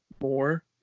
more